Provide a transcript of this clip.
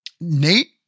Nate